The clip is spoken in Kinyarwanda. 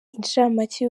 inshamake